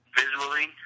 visually